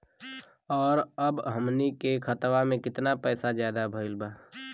और अब हमनी के खतावा में कितना पैसा ज्यादा भईल बा?